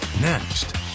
Next